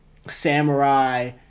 Samurai